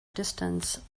distance